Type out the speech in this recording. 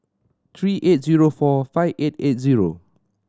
three eight zero four five eight eight zero